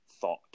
thought